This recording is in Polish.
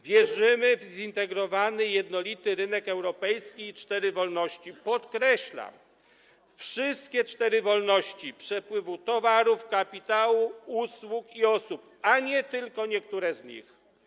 Wierzymy w zintegrowany, jednolity rynek europejski i cztery wolności - podkreślam - wszystkie cztery wolności: przepływu towarów, kapitału, usług i osób, a nie tylko niektóre z nich.